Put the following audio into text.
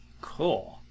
Cool